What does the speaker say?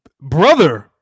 brother